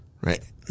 right